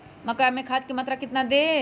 मक्का में खाद की मात्रा कितना दे?